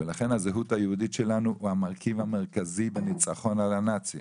ולכן הזהות היהודית שלנו היא המרכיב המרכזי בניצחון על הנאצים.